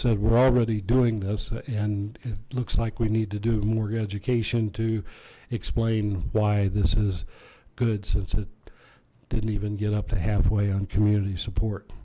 said we're already doing this and it looks like we need to do more education to explain why this is good since it didn't even get up to halfway on community support